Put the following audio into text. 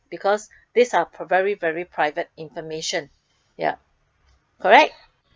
because these are very very private information ya correct